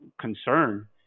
concern